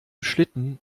schlitten